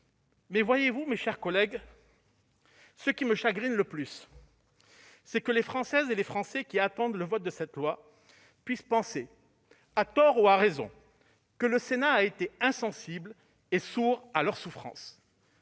loi. Voyez-vous, mes chers collègues, ce qui me chagrine le plus, c'est que les Françaises et les Français qui attendent le vote de cette loi puissent penser, à tort ou à raison, que le Sénat a été insensible et sourd à leurs souffrances.